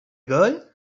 girl